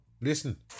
listen